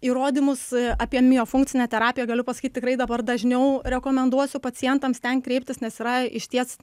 įrodymus apie miofunkcinę terapiją galiu pasakyt tikrai dabar dažniau rekomenduosiu pacientams ten kreiptis nes yra išties